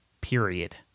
period